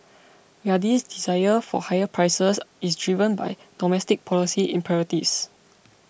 Riyadh's desire for higher prices is driven by domestic policy imperatives